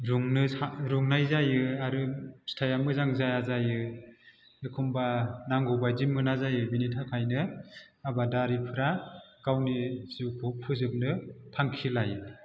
रुंनो रुंनाय जायो आरो फिथाइया मोजां जाया जायो एखनबा नांगौबायदि मोना जायो बिनि थाखायनो आबादारिफ्रा गावनि जिउखौ फोजोबनो थांखि लायो